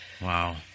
wow